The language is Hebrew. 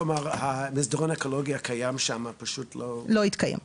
כלומר, המסדרון האקולוגי הקיים שם פשוט לא התקיים.